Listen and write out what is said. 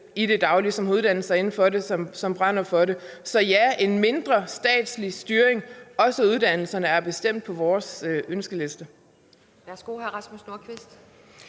i det daglige, som har uddannet sig inden for det, og som brænder for det. Så ja, en mindre statslig styring også af uddannelserne er bestemt på vores ønskeliste.